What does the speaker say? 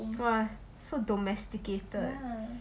!wah! so domesticated